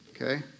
Okay